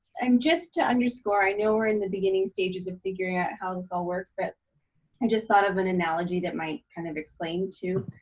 and just to underscore, i know we're in the beginning stages of figuring out how this all works, but i just thought of an analogy that might kind of explain, too.